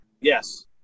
Yes